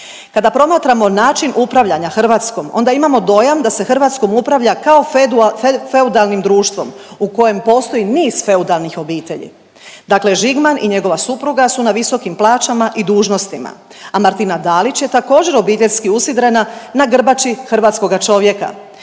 Kada promatramo način upravljanja Hrvatskom, onda imamo dojam da se Hrvatskom upravlja kao feudalnim društvom u kojem postoji niz feudalnih obitelji. Dakle Žigman i njegova supruga su na visokim plaćama i dužnostima, a Martina Dalić je također, obiteljski usidrena na grbači hrvatskoga čovjeka.